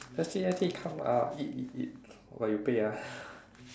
let's eat let's eat come ah eat eat eat !wah! you pay ah